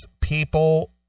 people